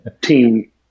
team